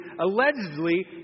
allegedly